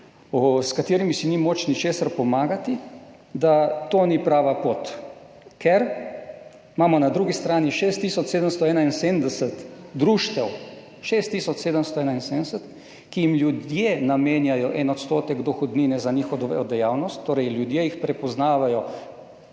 s katerimi si ni moč pomagati, da to ni prava pot, ker imamo na drugi strani šest tisoč 771 društev, ki jim ljudje namenjajo 1 % dohodnine za njihovo dejavnost. Torej, ljudje jih prepoznavajo